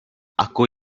aku